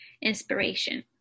inspiration